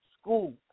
school